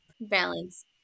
balance